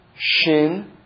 Shin